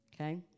Okay